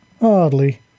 Hardly